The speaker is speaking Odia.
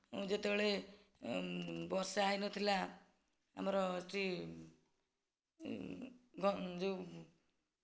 ମୁଁ ଯେତେବେଳେ ବର୍ଷା ହେଇନଥିଲା ଆମର ଏଠି ଯେଉଁ